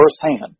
firsthand